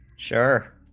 sure